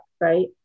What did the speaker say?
right